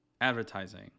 Advertising